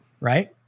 Right